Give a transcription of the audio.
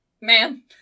man